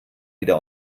wieder